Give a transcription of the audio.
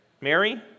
Mary